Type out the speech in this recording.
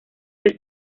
que